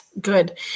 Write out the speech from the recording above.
Good